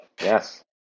Yes